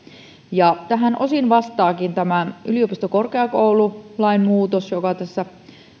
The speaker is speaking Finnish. tähän osin vastaakin tämä yliopisto ja korkeakoululain muutos joka meillä tässä